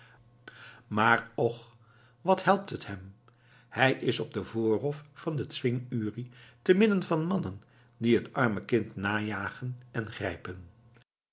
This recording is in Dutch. maar och wat helpt het hem hij is op den voorhof van den zwing uri te midden van mannen die het arme kind najagen en grijpen